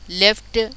left